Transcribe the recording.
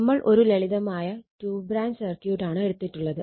നമ്മൾ ഒരു ലളിതമായ ടു ബ്രാഞ്ച് സർക്യൂട്ടാണ് എടുത്തിട്ടുള്ളത്